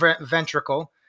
ventricle